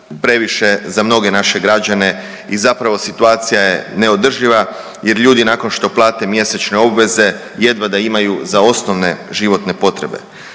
previše za mnoge naše građane i zapravo, situacija je neodrživa jer ljudi nakon što plate mjesečne obveze jedva da imaju za osnovne živote potrebe.